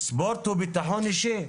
ספורט הוא בטחון אישי.